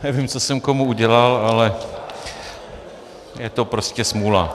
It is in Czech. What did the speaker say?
Nevím, co jsem komu udělal, ale je to prostě smůla.